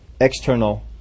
external